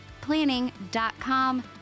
planning.com